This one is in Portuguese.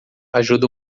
ajuda